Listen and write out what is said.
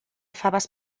faves